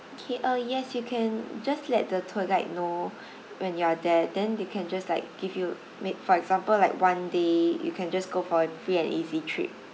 okay uh yes you can just let the tour guide know when you are there then they can just like give you make for example like one day you can just go for free and easy trip